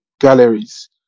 galleries